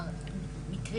לא,